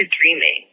dreaming